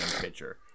pitcher